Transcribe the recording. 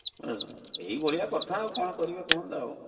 ହେଲା ଏଇଭଳିଆ କଥା ଆଉ କ'ଣ କରିବେ କୁହନ୍ତୁ ଆଉ